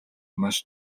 маш